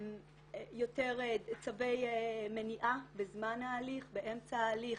יותר צווי מניעה בזמן ההליך, באמצע ההליך.